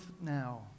now